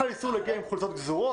חל איסור להגיע עם חולצות גזורות,